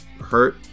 hurt